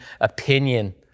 opinion